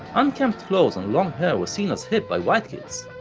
unkempt clothes and long hair were seen as hip by white kids,